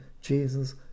Jesus